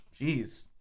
Jeez